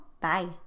Bye